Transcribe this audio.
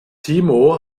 timo